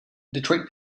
detroit